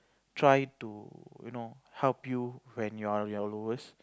try to you know help you when you are your lowest